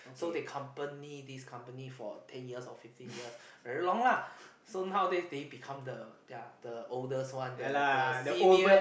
so they accompany this company for ten years or fifteen years very long lah so nowadays they become the their the oldest one the the senior